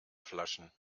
flaschen